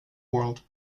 world